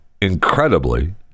incredibly